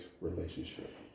relationship